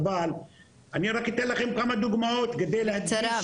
אבל אני רק אתן לכם כמה דוגמאות כדי להדגיש,